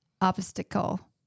obstacle